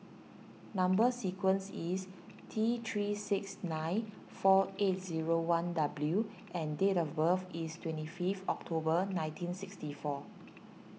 Number Sequence is T three six nine four eight zero one W and date of birth is twenty five October nineteen sixty four